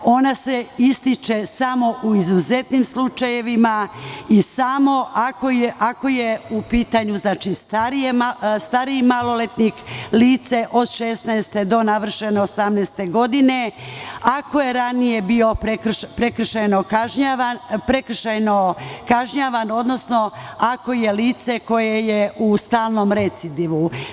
Ona se izriče samo u izuzetnim slučajevima i samo ako je u pitanju stariji maloletnik, odnosno lice od 16 do navršene 18 godine, ako je ranije bio prekršajno kažnjavan, odnosno ako je lice koje je u stalnom recidivu.